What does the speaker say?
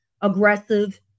aggressive